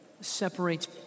separates